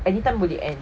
anytime boleh end